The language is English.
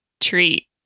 treat